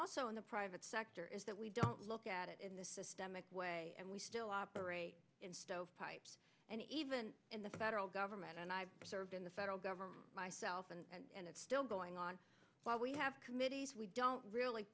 also in the private sector is that we don't look at it in the systemic way and we still operate in stovepipes and even in the federal government and i've served in the federal government myself and it's still going on while we have committees we don't really